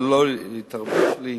זה לא התערבות שלי.